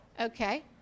okay